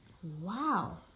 Wow